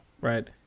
right